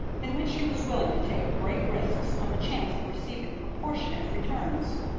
in which he was willing to take great risks on the chance of receiving proportionate returns.